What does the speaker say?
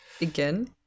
again